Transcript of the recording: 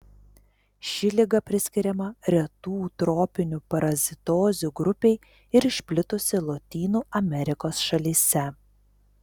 ši liga priskiriama retų tropinių parazitozių grupei ir išplitusi lotynų amerikos šalyse